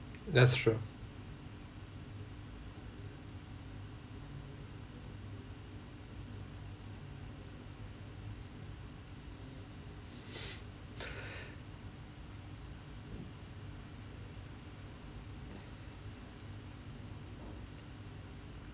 that's true